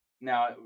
now